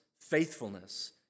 faithfulness